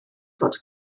fod